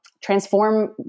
transform